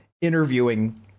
interviewing